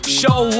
show